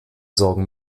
sorgen